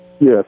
Yes